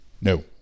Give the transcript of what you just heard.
no